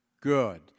Good